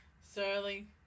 Surly